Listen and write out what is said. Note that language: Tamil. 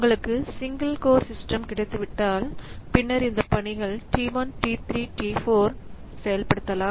உங்களுக்கு சிங்கிள் கோர் சிஸ்டம் கிடைத்துவிட்டால் பின்னர் இந்த பணிகள் T1 T2 T3 மற்றும் T4 செயல்படுத்தலாம்